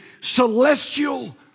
celestial